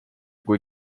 kui